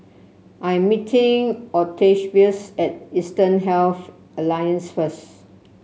I am meeting Octavius at Eastern Health Alliance first